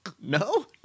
No